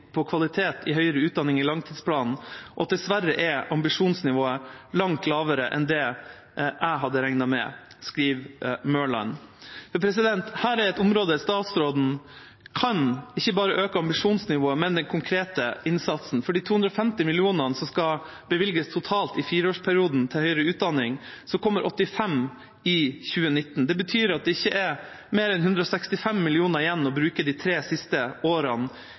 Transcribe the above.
på kvalitet i høyere utdanning i langtidsplanen» Og videre skriver Mørland: «Dessverre er ambisjonsnivået langt lavere enn det jeg hadde regnet med.» Her er det et område der statsråden kan øke ikke bare ambisjonsnivået, men den konkrete innsatsen, for av de 250 mill. kr som skal bevilges til høyere utdanning totalt i fireårsperioden, kommer 85 mill. kr i 2019. Det betyr at det ikke er mer enn 165 mill. kr igjen å bruke de tre siste årene